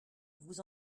vous